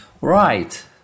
Right